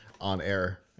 on-air